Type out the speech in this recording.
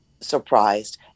surprised